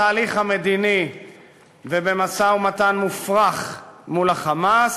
כישלון בתהליך המדיני ובמשא-ומתן מופרך מול ה"חמאס",